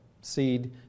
seed